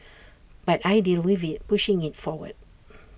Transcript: but I deal with IT pushing IT forward